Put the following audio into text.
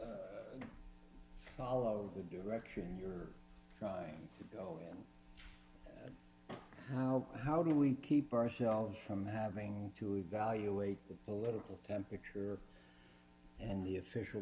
follow the direction you're trying to go and how how do we keep ourselves from having to evaluate the political temperature and the official